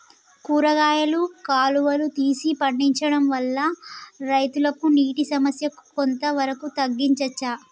కూరగాయలు కాలువలు తీసి పండించడం వల్ల రైతులకు నీటి సమస్య కొంత వరకు తగ్గించచ్చా?